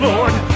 Lord